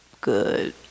good